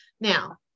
now